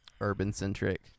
urban-centric